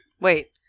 Wait